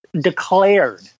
declared